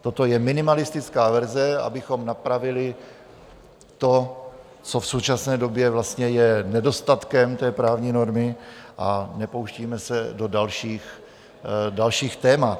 Toto je minimalistická verze, abychom napravili to, co v současné době vlastně je nedostatkem té právní normy, nepouštíme se do dalších témat.